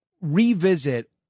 revisit